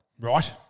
Right